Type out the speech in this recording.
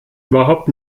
überhaupt